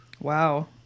Wow